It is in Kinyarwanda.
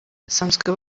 basanzwe